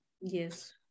Yes